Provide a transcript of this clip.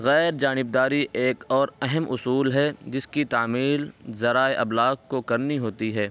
غیر جانبداری ایک اور اہم اصول ہے جس کی تعمیل ذرائع ابلاغ کو کرنی ہوتی ہے